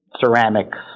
ceramics